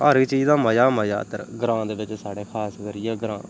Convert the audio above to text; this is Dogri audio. हर इक चीज़ दा मज़ा मज़ा इद्धर साढ़े ग्रांऽ दे बिच्च खास करियै ग्रांऽ